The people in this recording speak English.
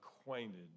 acquainted